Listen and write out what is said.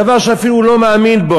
דבר שאפילו הוא לא מאמין בו,